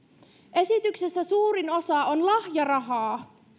esityksessä suurin osa on lahjarahaa